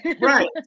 Right